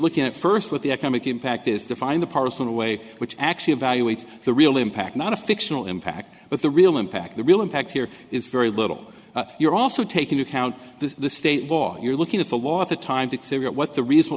looking at first with the economic impact is to find the parts in a way which actually evaluates the real impact not a fictional impact but the real impact the real impact here is very little you're also taking account the state law you're looking at the law at the time to figure out what the re